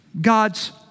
God's